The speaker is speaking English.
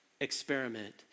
experiment